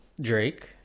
Drake